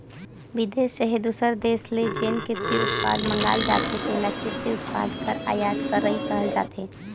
बिदेस चहे दूसर देस ले जेन किरसी उत्पाद मंगाल जाथे तेला किरसी उत्पाद कर आयात करई कहल जाथे